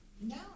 No